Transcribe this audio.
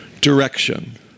Direction